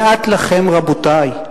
לאט לכם, רבותי,